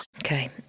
Okay